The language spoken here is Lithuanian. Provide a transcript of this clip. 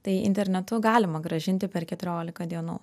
tai internetu galima grąžinti per keturiolika dienų